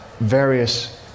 various